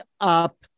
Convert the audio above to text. up